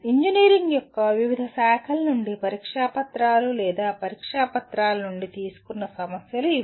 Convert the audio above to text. engineering యొక్క వివిధ శాఖల నుండి పరీక్షా పత్రాలు లేదా పరీక్షా పత్రాల నుండి తీసుకున్న సమస్యలు ఇవి